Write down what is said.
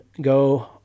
go